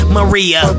Maria